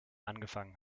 angefangen